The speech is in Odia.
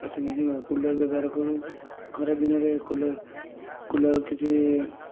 ୱାସିଙ୍ଗ୍ ମେସିନ୍ କୁଲର୍ ବ୍ୟବହାର କରୁ ଖରାଦିନରେ କୁଲର୍ କୁଲର୍ କିଛି